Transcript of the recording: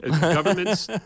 Governments